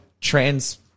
trans